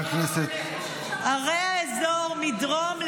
הרי האזור מדרום,